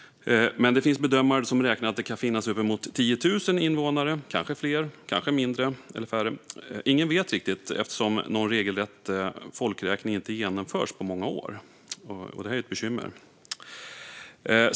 Men det finns bedömare som räknar med att det kan finnas uppemot 10 000 invånare där - kanske fler, kanske färre. Ingen vet riktigt, eftersom någon regelrätt folkräkning inte genomförts på många år. Det här är ett bekymmer.